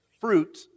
fruit